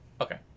Okay